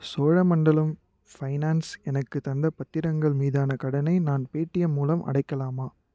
Cholamandalam finance எனக்குத் தந்த பத்திரங்கள் மீதான கடனை நான் பேடிஎம் மூலம் அடைக்கலாமா